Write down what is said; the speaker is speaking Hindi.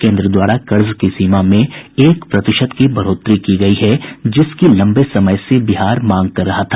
केन्द्र द्वारा कर्ज की सीमा में एक प्रतिशत की बढ़ोतरी की गयी है जिसकी लम्बे समय से बिहार मांग कर रहा था